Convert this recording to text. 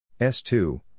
S2